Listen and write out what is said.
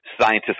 Scientists